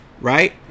right